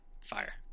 fire